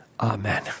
amen